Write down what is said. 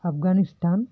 Afghanistan